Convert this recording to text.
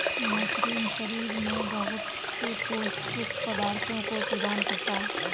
mushroom शरीर में बहुत से पौष्टिक पदार्थों को प्रदान करता है